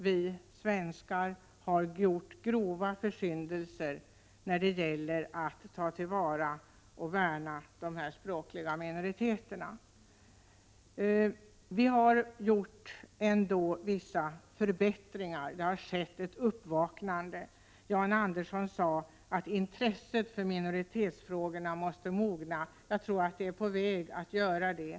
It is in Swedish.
Vi svenskar har gjort grova försyndelser när det gäller att ta till vara och värna dessa språkliga minoriteter. Vi har ändå gjort vissa förbättringar. Det har skett ett uppvaknande. John Andersson sade att intresset för minoritetsfrågorna måste mogna. Jag tror att det är på väg att göra det.